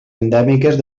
endèmiques